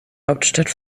hauptstadt